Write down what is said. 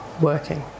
working